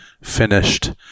finished